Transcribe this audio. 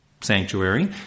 Sanctuary